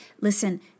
listen